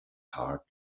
heart